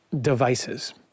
devices